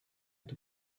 two